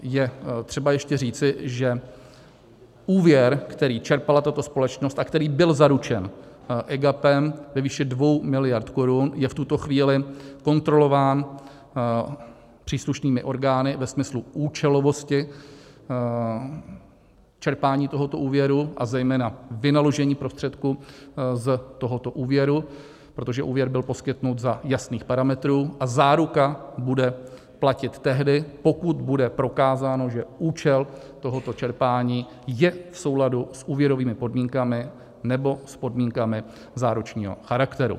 Je třeba ještě říci, že úvěr, který čerpala tato společnost a který byl zaručen EGAPem ve výši 2 miliard korun, je v tuto chvíli kontrolován příslušnými orgány ve smyslu účelovosti čerpání tohoto úvěru, a zejména vynaložení prostředků z tohoto úvěru, protože úvěr byl poskytnut za jasných parametrů a záruka bude platit tehdy, pokud bude prokázáno, že účel tohoto čerpání je v souladu s úvěrovými podmínkami nebo s podmínkami záručního charakteru.